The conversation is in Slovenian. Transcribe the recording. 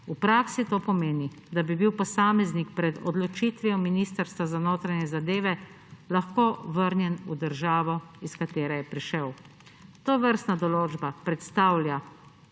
V praksi to pomeni, da bi bil posameznik pred odločitvijo Ministrstva za notranje zadeve lahko vrnjen v državo, iz katere je prišel. Tovrstna določba predstavlja